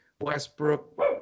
Westbrook